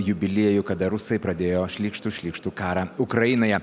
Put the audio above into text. jubiliejų kada rusai pradėjo šlykštų šlykštų karą ukrainoje